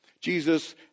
Jesus